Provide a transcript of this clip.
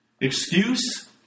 excuse